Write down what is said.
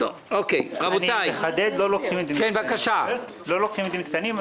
אני מחדד לא לוקחים את זה מתקנים.